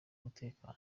umutekano